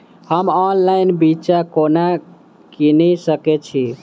हम ऑनलाइन बिच्चा कोना किनि सके छी?